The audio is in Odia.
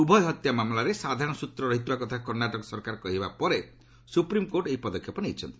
ଉଭୟ ହତ୍ୟା ମାମଲାରେ ସାଧାରଣ ସ୍ଚତ୍ର ରହିଥିବା କଥା କର୍ଷ୍ଣାଟକ ସରକାର କହିବା ପରେ ସୁପ୍ରିମ୍କୋର୍ଟ ଏହି ପଦକ୍ଷେପ ନେଇଛନ୍ତି